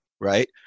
right